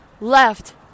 left